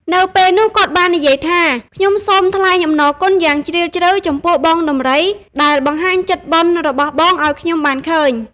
នៅពេលនោះគាត់បាននិយាយថា“ខ្ញុំសូមថ្លែងអំណរគុណយ៉ាងជ្រាលជ្រៅចំពោះ បងដំរីដែលបានបង្ហាញចិត្តបុណ្យរបស់បងឱ្យខ្ញុំបានឃើញ ។